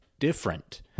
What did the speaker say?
Different